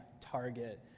Target